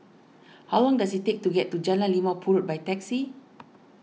how long does it take to get to Jalan Limau Purut by taxi